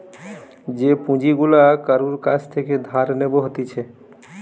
যে পুঁজি গুলা কারুর কাছ থেকে ধার নেব হতিছে